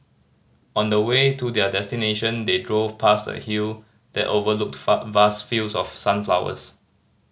on the way to their destination they drove past a hill that overlooked vast fields of sunflowers